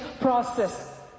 process